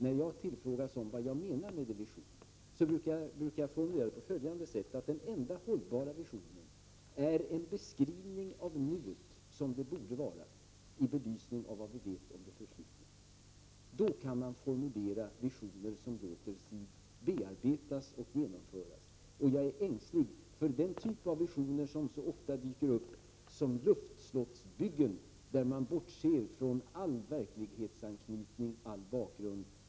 När jag tillfrågas om vad jag menar med visioner, brukar säga på följande sätt: Den enda hållbara visionen är en beskrivning av nuet som det borde vara i belysning av vad vi vet om det förflutna — då kan man formulera visioner som låter sig bearbetas och genomföras. Jag är ängslig för den typ av visioner som ofta dyker upp som luftslottsbyggen, där man bortser från all verklighetsanknytning och all bakgrund.